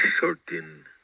certain